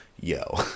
yo